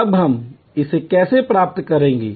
अब हम इसे कैसे प्राप्त करेंगे